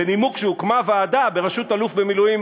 בנימוק שהוקמה ועדה בראשות אלוף במילואים